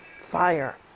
fire